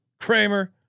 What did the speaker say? Kramer